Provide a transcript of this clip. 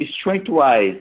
strength-wise